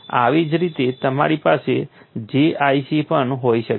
આવી જ રીતે તમારી પાસે JIC પણ હોઈ શકે છે